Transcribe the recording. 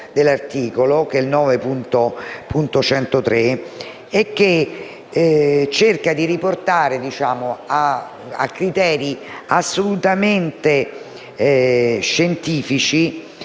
dell’articolo, il 9.103, che cerca di riportare a criteri assolutamente scientifici